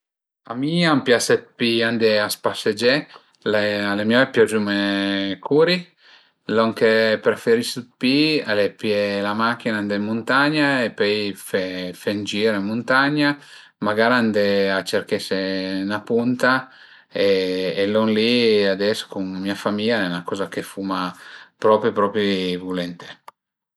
A mi a m'pias pi andé a spasegé, al e mai piazüme curi, lon che preferisu d'pi al e pìé la macchina e andé ën muntagna e pöi fe fe ün gir ën muntagna, magara andé a cerchese 'na punta e lon li ades cun mia famìa al e 'na coza che fuma propi propi vulenté